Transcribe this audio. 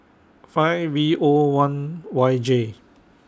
five V O one Y J